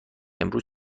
امروز